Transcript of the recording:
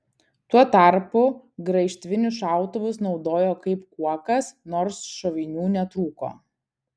tuo tarpu graižtvinius šautuvus naudojo kaip kuokas nors šovinių netrūko